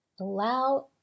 Allow